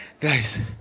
Guys